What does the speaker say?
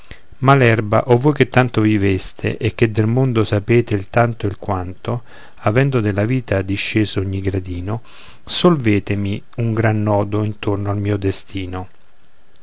malerba o voi che tanto viveste e che del mondo sapete il tanto e il quanto avendo della vita disceso ogni gradino solvetemi un gran nodo intorno al mio destino